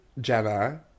jenna